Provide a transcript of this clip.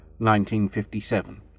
1957